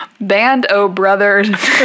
Band-O-Brothers